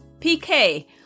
PK